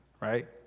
right